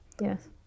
Yes